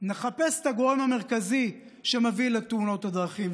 נחפש את הגורם המרכזי שמביא לתאונות הדרכים,